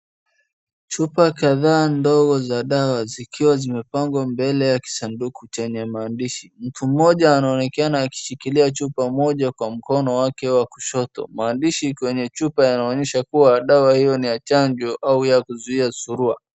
Chupa kadhaa ndogo za dawa zikiwa zimepangwa mbele ya kisanduku chenye maandishi. Mtu mmoja anaonekana akishikilia chupa moja kwa mkono wake wa kushoto. Maandishi kwenye chupa yanaonyesha kuwa dawa hio ni ya chanjo au ya kuzuia surua.